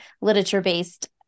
literature-based